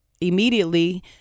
immediately